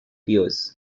tears